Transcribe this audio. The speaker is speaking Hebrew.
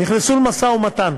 נכנסו למשא-ומתן.